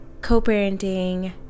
co-parenting